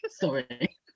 Sorry